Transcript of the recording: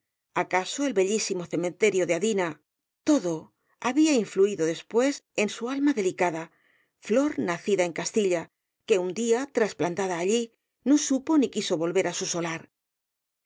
acaso el bellísimo cementerio de adina todo había influido después en su alma delicada flor nacida en castilla que un día trasplantada allí no supo ni quiso volver á su solar